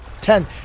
Ten